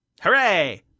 Hooray